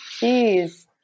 Jeez